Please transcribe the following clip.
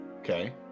Okay